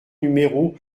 numéro